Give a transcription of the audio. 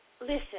Listen